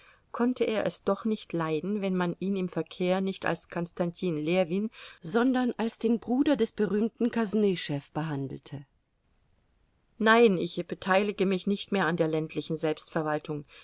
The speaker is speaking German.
konnte er es doch nicht leiden wenn man ihn im verkehr nicht als konstantin ljewin sondern als den bruder des berühmten kosnüschew behandelte nein ich beteilige mich nicht mehr an der ländlichen selbstverwaltung